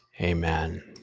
Amen